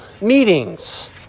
meetings